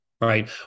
Right